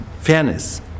fairness